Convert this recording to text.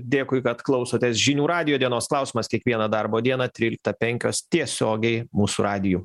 dėkui kad klausotės žinių radijo dienos klausimas kiekvieną darbo dieną tryliktą penkios tiesiogiai mūsų radiju